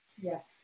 yes